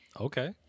Okay